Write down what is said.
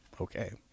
okay